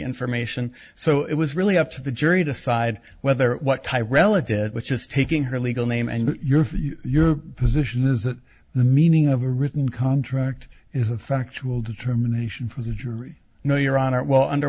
information so it was really up to the jury decide whether what chi relative was just taking her legal name and your your position is that the meaning of a written contract is a factual determination for the jury no your honor well under